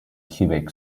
quebec